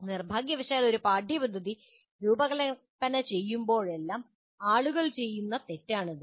നിർഭാഗ്യവശാൽ ഒരു പാഠ്യപദ്ധതി രൂപകൽപ്പന ചെയ്യുമ്പോഴെല്ലാം ആളുകൾ ചെയ്യുന്ന തെറ്റാണ് ഇത്